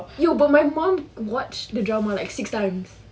yo but my mum watched the drama like six times